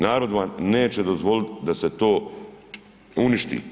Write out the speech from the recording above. Narod vam neće dozvoliti da se to uništi.